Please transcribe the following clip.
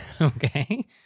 Okay